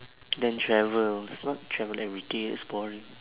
then travel not travel everyday it's boring